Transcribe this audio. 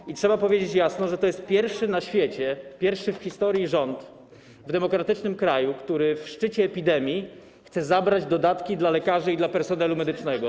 I trzeba powiedzieć jasno, że to jest pierwszy na świecie, pierwszy w historii rząd w demokratycznym kraju, który w szczycie epidemii chce zabrać dodatki dla lekarzy i dla personelu medycznego.